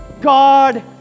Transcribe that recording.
God